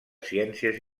ciències